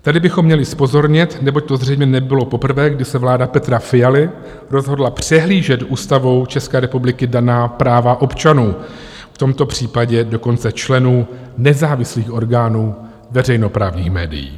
Tady bychom měli zpozornět, neboť to zřejmě nebylo poprvé, kdy se vláda Petra Fialy rozhodla přehlížet Ústavou České republiky daná práva občanů, v tomto případě dokonce členů nezávislých orgánů veřejnoprávních médií.